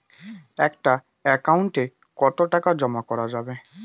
একটা একাউন্ট এ কতো টাকা জমা করা যাবে?